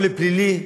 או לפלילי.